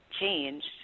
changed